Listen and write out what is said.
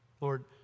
Lord